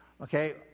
okay